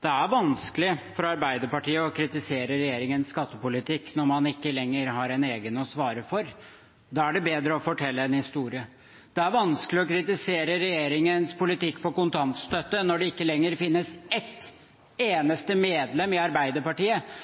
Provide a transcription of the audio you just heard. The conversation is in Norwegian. Det er vanskelig for Arbeiderpartiet å kritisere regjeringens skattepolitikk når man ikke lenger har en egen å svare for. Da er det bedre å fortelle en historie. Det er vanskelig å kritisere regjeringens politikk på kontantstøtte når det ikke lenger finnes ett eneste medlem i Arbeiderpartiet